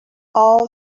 all